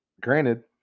Granted